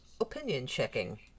opinion-checking